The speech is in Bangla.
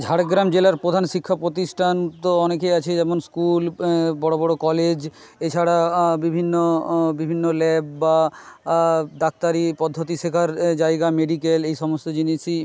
ঝাড়গ্রাম জেলার প্রধান শিক্ষা প্রতিষ্ঠান তো অনেকই আছে যেমন স্কুল বড়ো বড়ো কলেজ এছাড়া বিভিন্ন বিভিন্ন ল্যাব বা ডাক্তারি পদ্ধতি শেখার জায়গা মেডিকেল এই সমস্ত সমস্ত জিনিসই